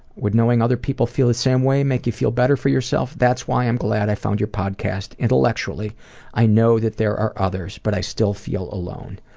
would knowing other people feel the same way make you feel better for yourself that's why i'm glad i found your podcast. intellectually i know that there are others but i still feel alone.